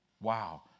Wow